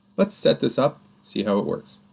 let's set this up, see how it works.